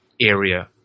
area